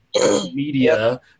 media